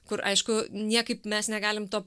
kur aišku niekaip mes negalim to